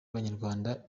abanyarwanda